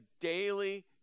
daily